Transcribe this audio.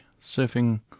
surfing